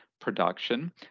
production